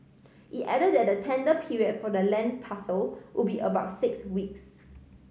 it add that the tender period for the land parcel would be about six weeks